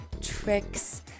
tricks